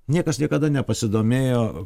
niekas niekada nepasidomėjo